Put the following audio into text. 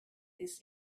this